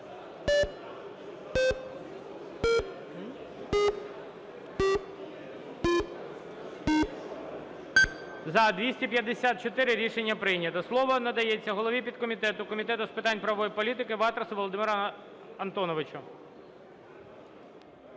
За-254 Рішення прийнято. Слово надається голові підкомітету Комітету з питань правової політики Ватрасу Володимиру Антоновичу.